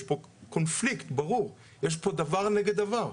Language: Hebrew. יש פה קונפליקט ברור, יש פה דבר נגד דבר.